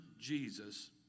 Jesus